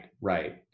right